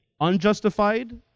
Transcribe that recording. unjustified